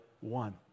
one